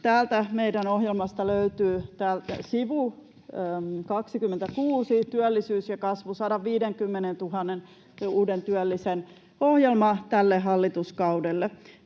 Täältä meidän ohjelmasta löytyy sivulta 26, Työllisyys ja kasvu, 150 000 uuden työllisen ohjelma tälle hallituskaudelle.